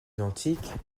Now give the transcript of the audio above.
identiques